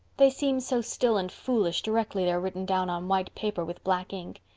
they seem so still and foolish directly they're written down on white paper with black ink.